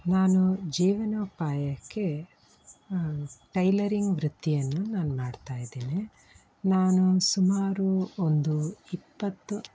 ನಾನು ಜೀವನೋಪಾಯಕ್ಕೆ ಟೈಲರಿಂಗ್ ವೃತ್ತಿಯನ್ನು ನಾನು ಮಾಡ್ತಾ ಇದ್ದೀನಿ ನಾನು ಸುಮಾರು ಒಂದು ಇಪ್ಪತ್ತು